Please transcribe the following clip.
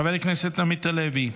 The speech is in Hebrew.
חבר הכנסת עמית הלוי,